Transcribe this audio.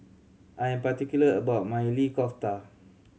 I am particular about my Maili Kofta